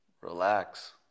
relax